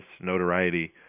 notoriety